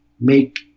make